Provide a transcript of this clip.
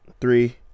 Three